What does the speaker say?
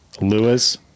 Lewis